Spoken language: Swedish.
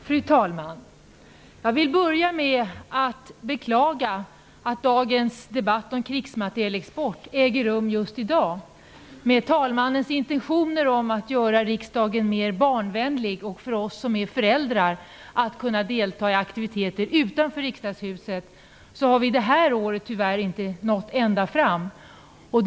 Fru talman! Jag vill börja med att beklaga att debatten om krigsmaterielexport äger rum just i dag. Talmannens intentioner att göra riksdagen mer barnvänlig och göra det möjligt för oss som är föräldrar att delta i aktiviteter utanför Riksdagshuset har tyvärr inte nått ända fram det här året.